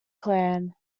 clan